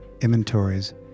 inventories